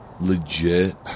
legit